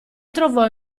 trovò